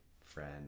friend